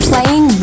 Playing